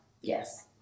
Yes